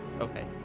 Okay